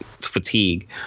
fatigue